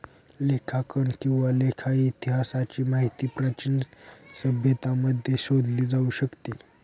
लेखांकन किंवा लेखा इतिहासाची माहिती प्राचीन सभ्यतांमध्ये शोधली जाऊ शकते